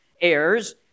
heirs